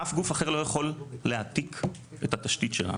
אבל אף גוף אחר לא יכול להעתיק את התשתית שלנו.